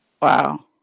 Wow